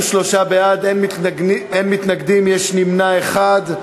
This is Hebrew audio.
43 בעד, אין מתנגדים ויש נמנע אחד.